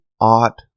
ought